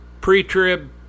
pre-trib